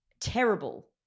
terrible